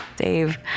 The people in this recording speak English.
Dave